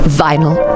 vinyl